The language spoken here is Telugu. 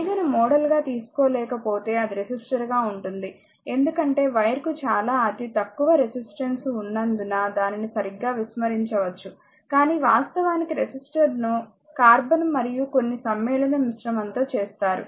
తీగను మోడల్గా తీసుకోలేకపోతే అది రెసిస్టర్గా ఉంటుంది ఎందుకంటే వైర్కు చాలా అతితక్కువ రెసిస్టెన్స్ ఉన్నందున దానిని సరిగ్గా విస్మరించవచ్చు కాని వాస్తవానికి రెసిస్టర్ ను కార్బన్ మరియు కొన్ని సమ్మేళనం మిశ్రమంతో చేస్తారు